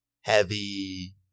heavy